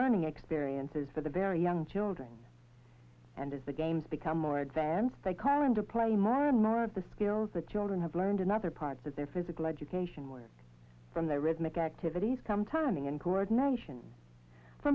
learning experiences for the very young children and as the games become more advanced they current to play more and more of the skills that children have learned in other parts of their physical education where from their rhythmic activities come timing and coordination